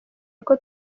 nako